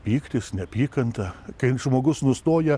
pyktis neapykanta kai ant žmogus nustoja